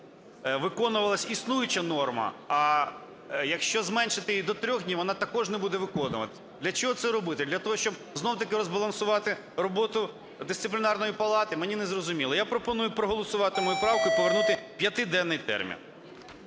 виконувалася існуюча норма, а якщо зменшити її до 3 днів, вона також не буде виконуватися. Для чого це робити? Для того, щоб, знову таки, розбалансувати роботу Дисциплінарної палати? Мені не зрозуміло. Я пропоную проголосувати мою правку і повернути п'ятиденний термін.